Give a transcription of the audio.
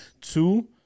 two